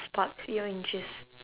spark your interest